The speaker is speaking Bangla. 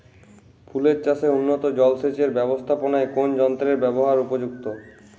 ফুলের চাষে উন্নত জলসেচ এর ব্যাবস্থাপনায় কোন যন্ত্রের ব্যবহার উপযুক্ত?